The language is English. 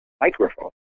microphone